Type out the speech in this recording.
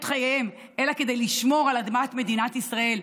חייהם אלא כדי לשמור על אדמת מדינת ישראל,